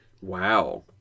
Wow